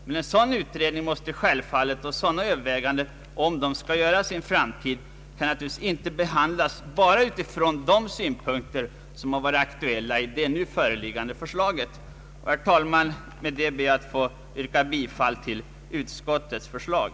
Om en sådan utredning och sådana överväganden skall göras i en framtid, kan detta naturligtvis inte ske bara utifrån de synpunkter som varit aktuella i det nu föreliggande förslaget. Med detta ber jag att få yrka bifall till utskottets förslag.